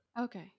okay